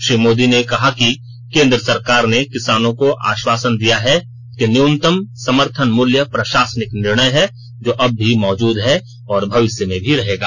श्री मोदी ने कहा कि केन्द्र सरकार ने किसानों को आश्वासन दिया है कि न्यूनतम समर्थन मूल्य प्रशासनिक निर्णय है जो अब भी मौजूद है और भविष्य में भी रहेगा